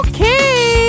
Okay